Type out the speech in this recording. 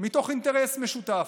מתוך אינטרס משותף,